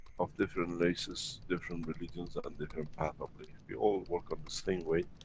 of different races, different religions, and different path of believe. we all work on the same way,